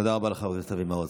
תודה רבה לחבר הכנסת אבי מעוז.